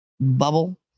bubble